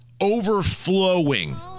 overflowing